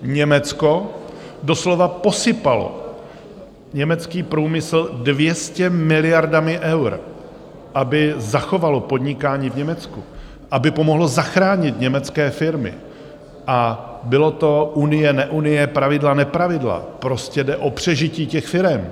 Německo doslova posypalo německý průmysl 200 miliardami eur, aby zachovalo podnikání v Německu, aby pomohlo zachránit německé firmy, a bylo to Unie neunie, pravidla nepravidla, prostě jde o přežití těch firem.